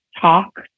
talk